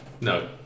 No